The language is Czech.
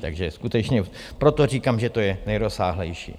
Takže skutečně proto říkám, že to je nejrozsáhlejší. .